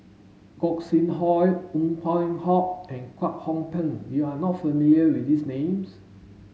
Gog Sing Hooi Ong Peng Hock and Kwek Hong Png you are not familiar with these names